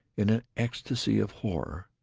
in an ecstasy of horror.